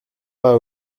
pas